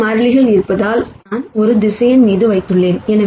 K மாறிலிகள் இருப்பதால் நான் ஒரு வெக்டார் மீது வைத்துள்ளேன்